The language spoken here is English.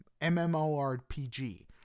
MMORPG